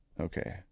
Okay